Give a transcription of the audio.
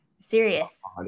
serious